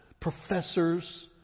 professors